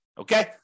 Okay